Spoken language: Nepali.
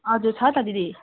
हजुर छ त दिदी